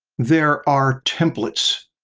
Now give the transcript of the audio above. there are templates,